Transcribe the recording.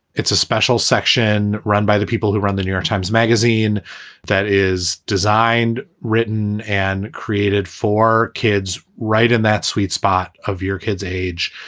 it's a special section run by the people who run the new york times magazine that is designed, written and created for kids right in that sweet spot of your kid's age.